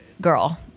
girl